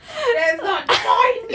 that's not the point